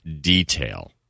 detail